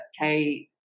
Kate